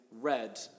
Red